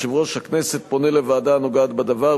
יושב-ראש הכנסת פונה לוועדה הנוגעת בדבר,